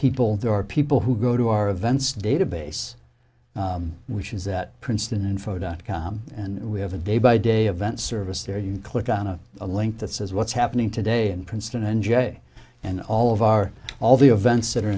people there are people who go to our events database which is that princeton info dot com and we have a day by day event service there you click on a link that says what's happening today in princeton n j and all of our all the events that are